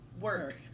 work